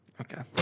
Okay